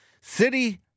City